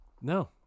No